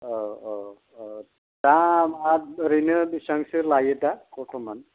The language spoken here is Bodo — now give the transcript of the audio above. औ औ दा मा ओरैनो बेसेबांसो लायो बरथ'मान